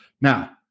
now